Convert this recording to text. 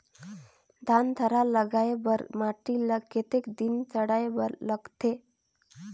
धान थरहा लगाय बर माटी ल कतेक दिन सड़ाय बर लगथे?